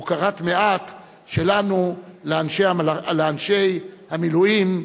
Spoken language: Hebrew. הוקרת-מעט שלנו לאנשי המילואים,